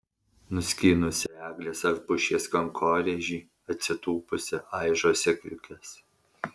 nuskynusi eglės ar pušies kankorėžį atsitūpusi aižo sėkliukes